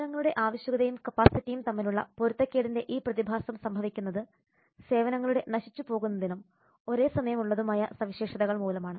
സേവനങ്ങളുടെ ആവശ്യകതയും കപ്പാസിറ്റിയും തമ്മിലുള്ള പൊരുത്തക്കേടിന്റെ ഈ പ്രതിഭാസം സംഭവിക്കുന്നത് സേവനങ്ങളുടെ നശിച്ചു പോകുന്നതും ഒരേസമയം ഉള്ളതുമായ സവിശേഷതകൾ മൂലമാണ്